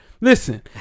Listen